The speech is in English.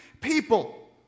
people